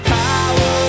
power